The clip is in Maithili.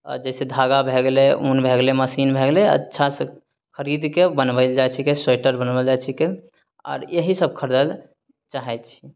जइसे धागा भए गेलै ऊन भए गेलै मशीन भए गेलै अच्छासँ खरीद कऽ बनबायल जाइ छिकै स्वेटर बनबायल जाइ छिकै आर यही सभ खरिदय लए चाहै छियै